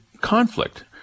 conflict